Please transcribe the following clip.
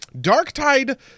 Darktide